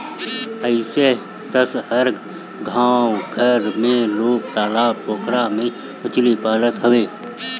अइसे तअ हर गांव घर में लोग तालाब पोखरा में मछरी पालत हवे